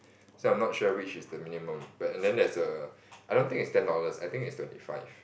so I'm not sure which is the minimum but and then there's a I don't think it's ten thousands I think it's twenty five